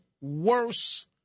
worse